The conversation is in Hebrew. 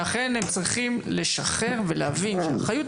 שהם אכן צריכים לשחרר ולהבין שהאחריות